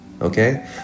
Okay